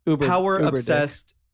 power-obsessed